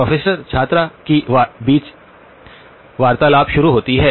pro छात्र की बातचीत शुरू होती है